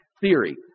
theory